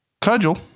Cudgel